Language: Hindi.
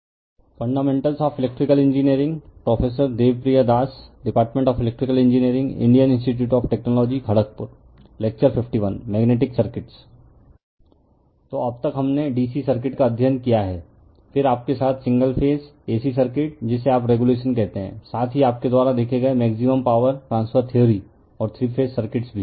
Fundamentals of Electrical Engineering fundamentals of electrical engineering Prof Debapriya Das prof Debapriya Das Department of Electrical Engineering department of electrical engineering Indian institute of Technology Kharagpur Indian institute of technology Kharagpur Lecture - 51 lecture 51 Magnetic Circuits magnetic circuits तो अब तक हमने DC सर्किट का अध्ययन किया है फिर आपके साथ सिंगल फेज AC सर्किट जिसे आप रेगुलेशन कहते हैं साथ ही आपके द्वारा देखे गए मैक्सिमम पॉवर ट्रान्सफर थ्योरी और थ्री फेज सर्किट्स भी